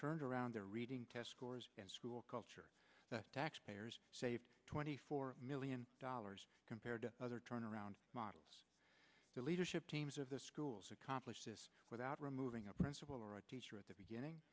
turned around their reading test scores and school culture the taxpayers saved twenty four million dollars compared to other turnaround models the leadership teams of the schools accomplish this without removing a principal or a teacher at the beginning